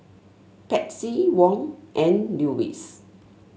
Patsy Wong and Lewis